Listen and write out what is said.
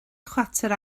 chwarter